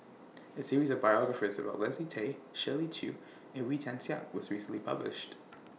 A series of biographies about Leslie Tay Shirley Chew and Wee Tian Siak was recently published